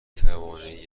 توانید